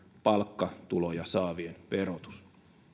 palkkatuloja saavien verotus